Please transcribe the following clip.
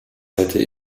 hätte